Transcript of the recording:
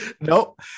Nope